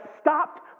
stopped